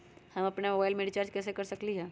हम अपन मोबाइल में रिचार्ज कैसे कर सकली ह?